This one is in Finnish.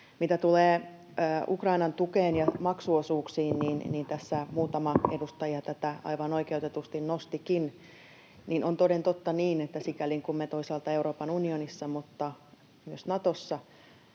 Mitä tulee Ukrainan tukeen ja maksuosuuksiin — tässä muutama edustaja tätä aivan oikeutetusti nostikin — niin on toden totta niin, että sikäli kuin me toisaalta Euroopan unionissa mutta myös Natossa